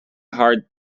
hard